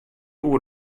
oer